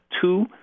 two